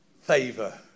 favor